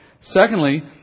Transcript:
Secondly